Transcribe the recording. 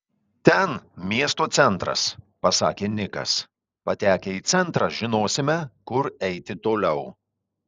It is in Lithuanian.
ten miesto centras pasakė nikas patekę į centrą žinosime kur eiti toliau